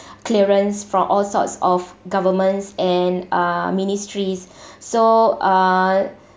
clearance from all sorts of government and uh ministries so uh